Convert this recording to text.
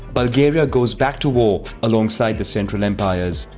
bulgaria goes back to war alongside the central empires.